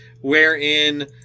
wherein